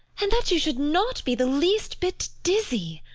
and that you should not be the least bit dizzy!